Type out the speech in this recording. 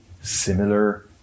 similar